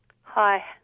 Hi